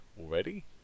Already